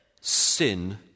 sin